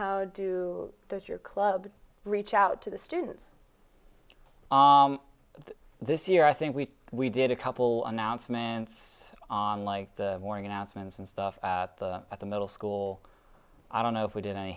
how do those your club reach out to the students this year i think we we did a couple announcements on like the morning announcements and stuff at the middle school i don't know if we did